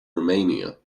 romania